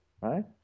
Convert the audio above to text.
Right